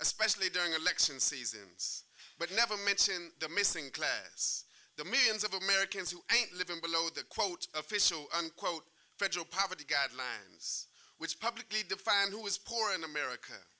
especially during election season but never mention the missing clare's the millions of americans who ain't living below the quote official unquote federal poverty guidelines which publicly define who is poor in america